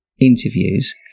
interviews